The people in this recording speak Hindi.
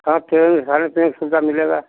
हाँ ट्रेन में साढ़े तीन सौ रुपया मिलेगा